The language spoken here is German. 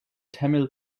tamil